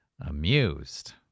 amused